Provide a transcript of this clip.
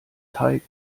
teig